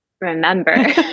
remember